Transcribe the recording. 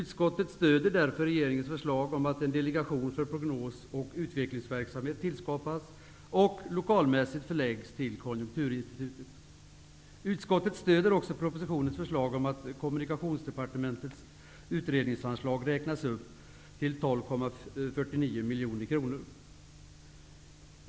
Utskottet stöder därför regeringens förslag om att en delegation för prognos och utvecklingsverksamhet tillskapas och lokalmässigt förläggs till Konjunkturinstitutet. Utskottet stöder också propositionens förslag om att Kommunikationsdepartementets utredningsanslag räknas upp till 12,49 miljoner kronor.